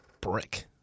brick